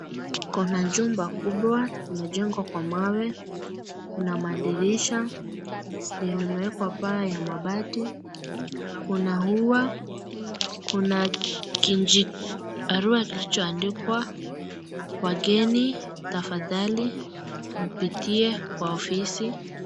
Kuna jumba kubwa limejengwa kwa mawe, kuna madirisha, lenye limewekwa paa ya mabati, kuna ua, kuna kijibarua lilichoandikwa wageni tafadhali mpitie kwa ofisi.